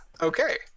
Okay